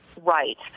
Right